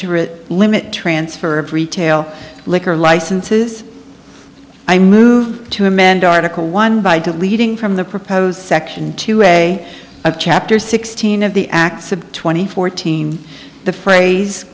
rid limit transfer of retail liquor licenses i move to amend article one by deleting from the proposed section two way of chapter sixteen of the acts of twenty fourteen the phrase